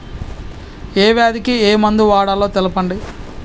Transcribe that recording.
ఏ వ్యాధి కి ఏ మందు వాడాలో తెల్పండి?